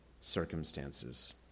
circumstances